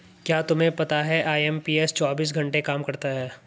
क्या तुम्हें पता है आई.एम.पी.एस चौबीस घंटे काम करता है